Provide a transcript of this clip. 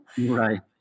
Right